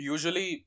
Usually